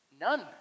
None